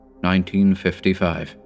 1955